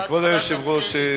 כבוד היושב-ראש,